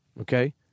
Okay